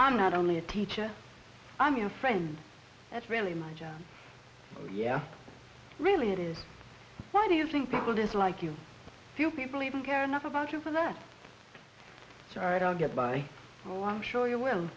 i'm not only a teacher i'm your friend that's really my job yeah really it is why do you think people dislike you few people even care enough about you so that's alright i'll get by go i'm sure you will